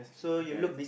okay under~